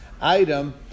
item